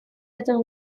этому